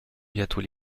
bientôt